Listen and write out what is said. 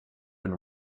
been